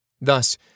Thus